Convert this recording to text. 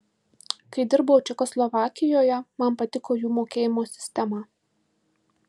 kai dirbau čekoslovakijoje man patiko jų mokėjimo sistema